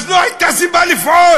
אז לא הייתה סיבה לפעול.